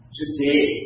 today